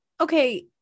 okay